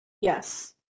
Yes